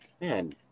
man